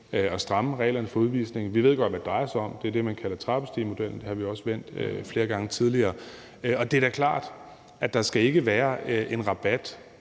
at stramme reglerne for udvisning. Vi ved godt, hvad det drejer sig om. Det er det, man kalder trappestigemodellen, og det har vi også vendt flere gange tidligere. Det er da klart, at der ikke skal være en rabat